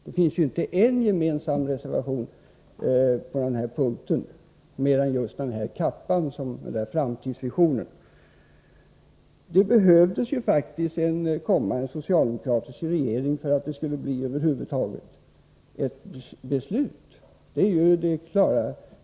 Det finns ju ingen gemensam reserva tion mer än den om framtidsvisionen. Det behövdes faktiskt en socialdemokratisk regering för att det över huvud taget skulle bli ett beslut.